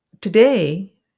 today